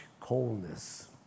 coldness